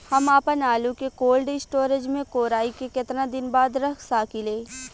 हम आपनआलू के कोल्ड स्टोरेज में कोराई के केतना दिन बाद रख साकिले?